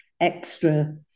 extra